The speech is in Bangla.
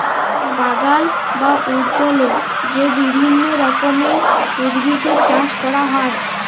বাগাল বা উদ্যালে যে বিভিল্য রকমের উদ্ভিদের চাস ক্যরা হ্যয়